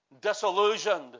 disillusioned